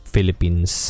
Philippines